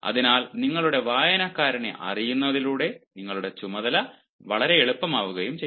അതിനാൽ നിങ്ങളുടെ വായനക്കാരനെ അറിയുന്നതിലൂടെ നിങ്ങളുടെ ചുമതല വളരെ എളുപ്പമാവുകയും ചെയ്യുന്നു